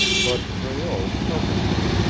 but breault puzzled him.